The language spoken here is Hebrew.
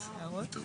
הערות?